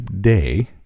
day